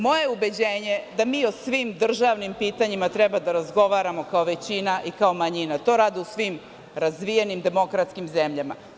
Moje je ubeđenje da mi o svim državnim pitanjima treba da razgovaramo kao većina i kao manjina, to rade u svim razvijenim demokratskim zemljama.